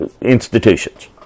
institutions